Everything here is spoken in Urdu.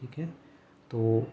ٹھیک ہے تو